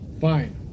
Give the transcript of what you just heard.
Fine